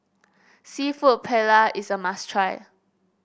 seafood Paella is a must try